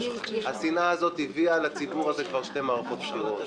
השנאה הזו הביאה לציבור הזה כבר שתי מערכות בחירות.